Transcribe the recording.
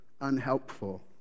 unhelpful